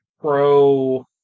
pro